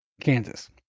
Kansas